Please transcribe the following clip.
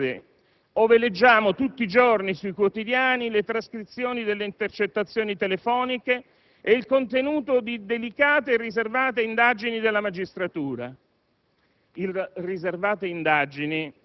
poiché viviamo nel nostro bel Paese, ove tutti i giorni leggiamo sui quotidiani le trascrizioni delle intercettazioni telefoniche ed il contenuto di delicate e riservate indagini della magistratura